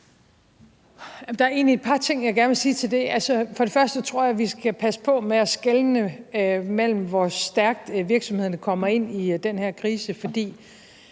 Der er egentlig et par ting, jeg gerne vil sige til det. Altså, først vil jeg sige, at jeg tror, vi skal passe på med at skelne mellem, hvor stærkt virksomhederne kommer ind i den her krise, for